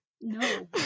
no